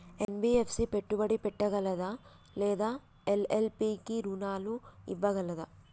NBFC పెట్టుబడి పెట్టగలదా లేదా ఎల్.ఎల్.పి కి రుణాలు ఇవ్వగలదా?